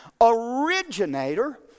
originator